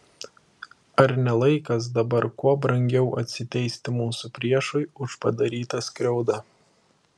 ar ne laikas dabar kuo brangiau atsiteisti mūsų priešui už padarytą skriaudą